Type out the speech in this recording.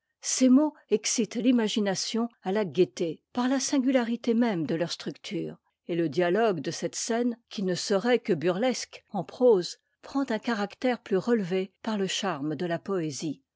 ces mots excitent l'imagination à la gaieté par la singularité même de leur structure et le dialogue de cette scène qui ne serait que burlesque en prose prend un caractère plus relevé par le charme de la poésie